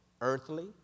earthly